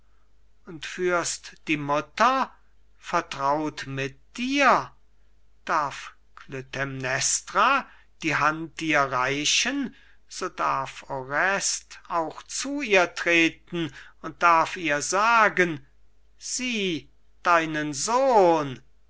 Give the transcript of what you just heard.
und führst die mutter vertraut mit dir darf klytämnestra die hand dir reichen so darf orest auch zu ihr treten und darf ihr sagen sieh deinen sohn